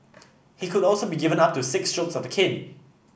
he could also be given up to six strokes of the cane